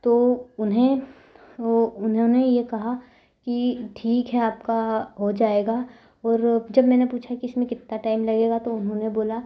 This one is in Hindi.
तो उन्हें तो उन्होंने यह कहा कि ठीक है आपका हो जाएगा और जब मैंने पूछा कि इसमें कितना टाइम लगेगा तो उन्होंने बोला